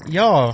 ja